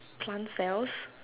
plant cells